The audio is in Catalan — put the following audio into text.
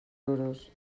euros